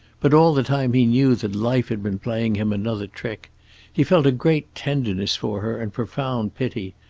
but all the time he knew that life had been playing him another trick he felt a great tenderness for her and profound pity,